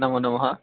नमोनमः